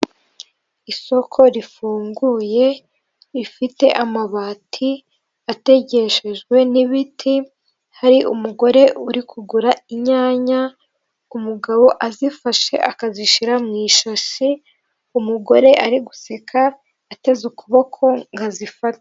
Isoko rifunguye rifite amabati ategeshejwe n'ibiti hari umugore uri kugura inyanya umugabo azifashe akazishira mu ishashi umugore ari guseka ateze ukuboko ngo azifatate.